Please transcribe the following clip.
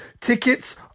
Tickets